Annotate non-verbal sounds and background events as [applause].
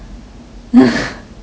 [noise]